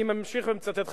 אני ממשיך ומצטט,